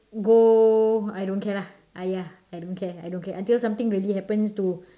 go I don't care lah !aiya! I don't care I don't care until something really happens to